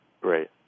Great